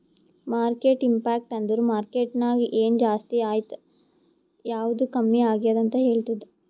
market impact ಅಂದುರ್ market ನಾಗ್ ಎನ್ ಜಾಸ್ತಿ ಆಯ್ತ್ ಯಾವ್ದು ಕಮ್ಮಿ ಆಗ್ಯಾದ್ ಅಂತ್ ಹೇಳ್ತುದ್